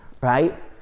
right